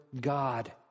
God